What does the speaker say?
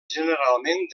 generalment